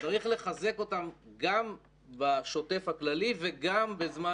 צריך לחזק אותם גם בשוטף הכללי וגם בזמן